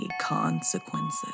consequences